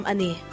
Ani